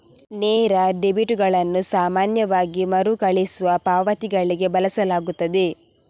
ನೇರ ಡೆಬಿಟುಗಳನ್ನು ಸಾಮಾನ್ಯವಾಗಿ ಮರುಕಳಿಸುವ ಪಾವತಿಗಳಿಗೆ ಬಳಸಲಾಗುತ್ತದೆ